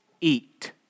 Eat